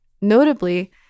notably